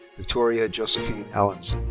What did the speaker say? victoria josefine allanson.